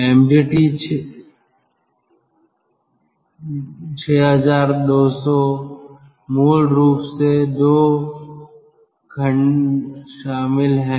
Mg t 62100 में मूल रूप से दो खंड शामिल हैं